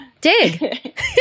Dig